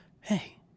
hey